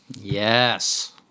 Yes